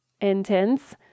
intense